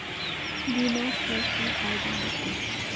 बीमा से की फायदा होते?